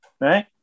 right